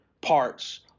parts